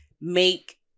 make